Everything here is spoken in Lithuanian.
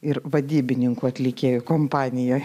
ir vadybininkų atlikėjų kompanijoj